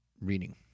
reading